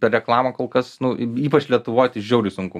ta reklama kol kas nu ypač lietuvoj tai žiauriai sunku